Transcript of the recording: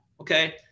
okay